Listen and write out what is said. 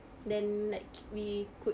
then like we could